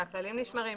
שהכללים נשמרים,